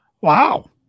Wow